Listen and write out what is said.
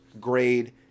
grade